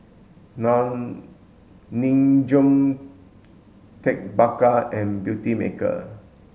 non Nin Jiom Ted Baker and Beautymaker